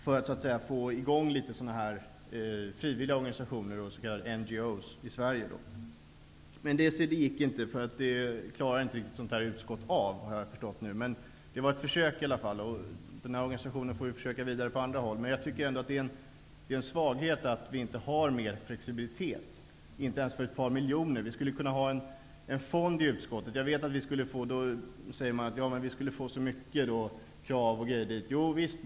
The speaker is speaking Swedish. På det sättet skulle man kunna få i gång några frivilliga organisationer i Men det gick inte därför att det klarar inte ett utskott av, har jag förstått nu. Det var ett försök i alla fall. Vi får försöka vidare på andra håll med den organisationen. Jag tycker ändå att det är en svaghet att vi inte har mer flexibilitet, inte ens för ett par miljoner. Vi skulle kunna ha en fond i utskottet. Då säger man att vi skulle få så mycket krav dit.